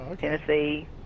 Tennessee